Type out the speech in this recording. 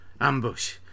ambush